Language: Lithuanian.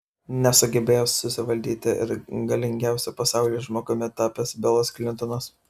nesugebėjo susivaldyti ir galingiausiu pasaulyje žmogumi tapęs bilas klintonas